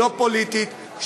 לא פוליטית,